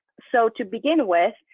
so to begin with,